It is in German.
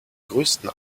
größten